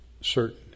certain